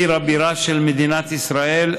עיר הבירה של מדינת ישראל,